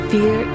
Fear